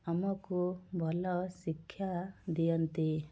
ଆମକୁ ଭଲ ଶିକ୍ଷା ଦିଅନ୍ତି